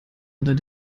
unter